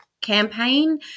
campaign